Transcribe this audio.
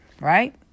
right